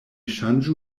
ŝanĝu